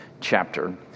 chapter